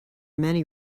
many